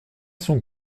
son